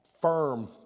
firm